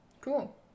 Cool